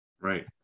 Right